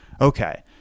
Okay